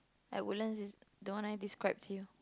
at Woodlands is the one I describe to you